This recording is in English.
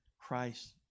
Christ